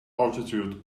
altitude